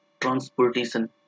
transportation